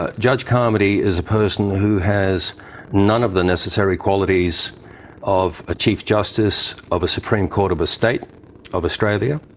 judge carmody is a person who has none of the necessary qualities of a chief justice of a supreme court of a state of australia.